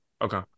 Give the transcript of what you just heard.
Okay